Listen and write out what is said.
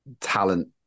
talent